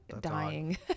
dying